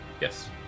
yes